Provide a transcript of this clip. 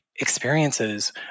experiences